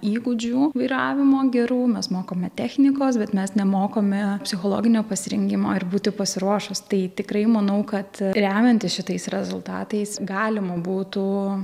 įgūdžių vairavimo gerų mes mokame technikos bet mes nemokome psichologinio pasirengimo ir būti pasiruošus tai tikrai manau kad remiantis šitais rezultatais galima būtų